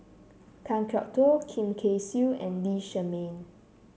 Kan Kwok Toh Lim Kay Siu and Lee Shermay